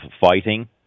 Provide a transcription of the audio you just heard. fighting